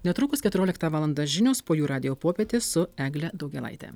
netrukus keturioliktą valandą žinios po jų radijo popietė su egle daugėlaite